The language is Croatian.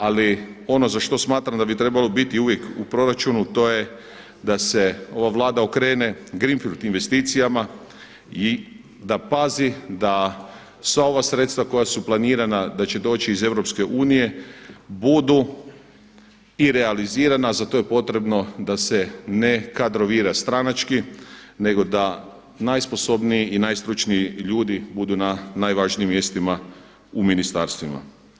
Ali ono za što smatram da bi trebalo biti uvijek u proračunu, to je da se ova Vlada okrene greenfield investicijama i da pazi da sva ova sredstva koja su planirana da će doći iz Europske unije, budu i realizirana, a za to je potrebno da se ne kadrovira stranački, nego da najsposobniji i najstručniji ljudi budu na najvažnijim mjestima u ministarstvima.